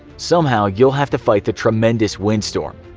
somehow, you'll have to fight the tremendous windstorm.